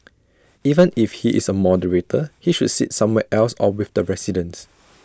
even if he is A moderator he should sit somewhere else or with the residents